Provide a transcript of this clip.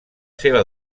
seva